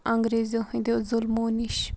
انٛگریزو ہٕنٛدیو ظُلمو نِش